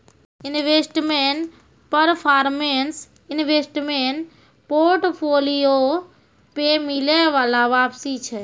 investment performance investment portfolio पे मिलै बाला वापसी छै